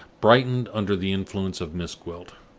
brightened under the influence of miss gwilt.